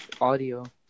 audio